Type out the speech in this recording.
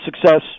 success